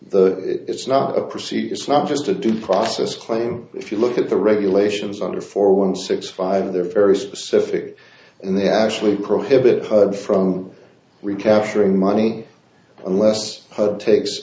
the it's not a procedure it's not just a due process claim if you look at the regulations under four one six five they're very specific and they actually prohibit hug from recapturing money unless takes